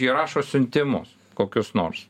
jie rašo siuntimus kokius nors